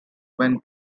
when